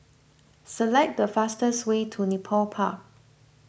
select the fastest way to Nepal Park